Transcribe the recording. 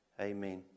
Amen